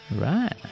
right